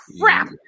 crap